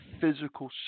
physical